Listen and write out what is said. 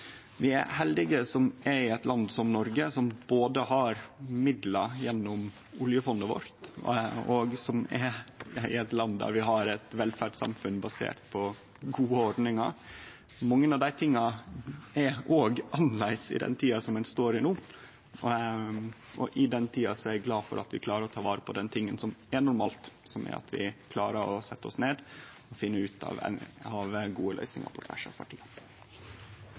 Vi er heldige som bur i eit land som Noreg, som både har midlar gjennom oljefondet vårt, og som er eit land der vi har eit velferdssamfunn basert på gode ordningar. Mykje av dette er òg annleis i den tida vi står i no, og i den tida er eg glad for at vi, gjennom alt som er, klarer å setje oss ned og finne gode løysingar på tvers av partia. Vi er inne i en svært alvorlig situasjon etter at spredningen av koronaviruset har kommet ut av